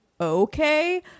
okay